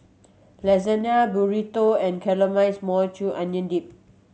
Lasagne Burrito and Caramelized Maui Onion Dip